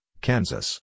Kansas